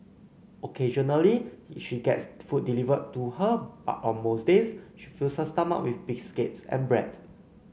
occasionally she gets food delivered to her but on most days she fills her stomach with biscuits and bread